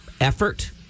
effort